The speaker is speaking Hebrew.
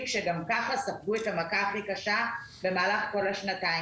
שגם ככה ספגו את המכה הכי קשה במהלך כל השנתיים.